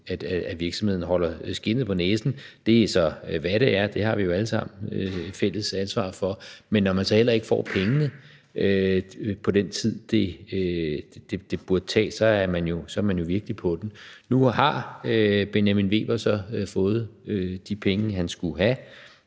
at virksomheden holder skindet på næsen. Det er så, hvad det er. Det har vi jo alle sammen et fælles ansvar for. Men når man så heller ikke får pengene inden for den tid, det burde tage, så er man jo virkelig på den. Nu har Benjamin Weber så fået de penge, han skulle have.